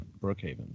Brookhaven